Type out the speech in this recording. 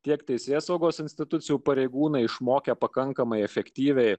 tiek teisėsaugos institucijų pareigūnai išmokę pakankamai efektyviai